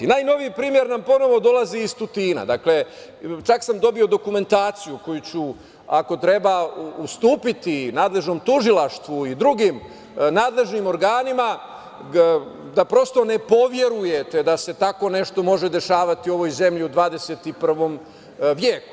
Najnoviji primer nam ponovo dolazi iz Tutina, dakle, čak sam dobio dokumentaciju koju ću, ako treba, ustupiti nadležnom tužilaštvu i drugim nadležnim organima, da prosto ne poverujete da se tako nešto može dešavati u ovoj zemlji u 21. veku.